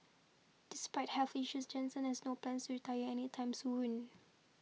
despite health issues Jansen has no plans retire any time soon